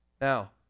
Now